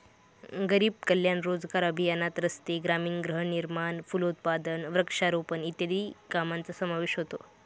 गरीब कल्याण रोजगार अभियानात रस्ते, ग्रामीण गृहनिर्माण, फलोत्पादन, वृक्षारोपण इत्यादी कामांचा समावेश होतो